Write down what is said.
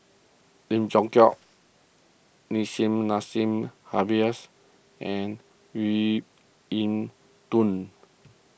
Lim Leong Geok Nissim Nassim Adis and Yiu in Tung